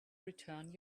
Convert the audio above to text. return